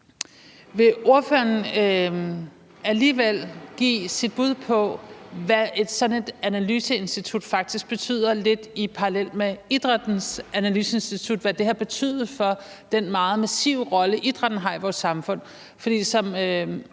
Vil ordføreren alligevel give sit bud på, hvad sådan et analyseinstitut faktisk betyder, lidt i parallel med Idrættens Analyseinstitut og hvad det har betydet for den meget massive rolle, idrætten har i vores samfund?